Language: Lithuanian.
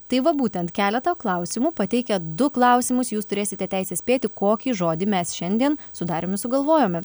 tai va būtent keletą klausimų pateikę du klausimus jūs turėsite teisę spėti kokį žodį mes šiandien su dariumi sugalvojome